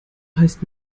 heißt